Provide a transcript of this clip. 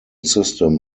system